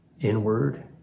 inward